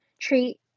treat